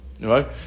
Right